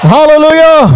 Hallelujah